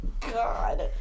God